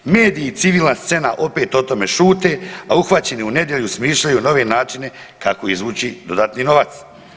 Mediji i civilna scena opet o tome šuti, a uhvaćeni u nedjelu smišljaju nove načine kako izvući dodatni novac.